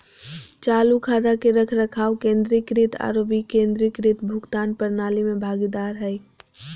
चालू खाता के रखरखाव केंद्रीकृत आरो विकेंद्रीकृत भुगतान प्रणाली में भागीदार हइ